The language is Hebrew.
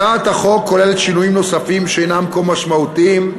הצעת החוק כוללת שינויים נוספים שאינם כה משמעותיים,